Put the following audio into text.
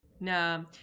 No